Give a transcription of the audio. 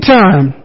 time